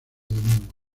domingo